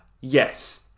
yes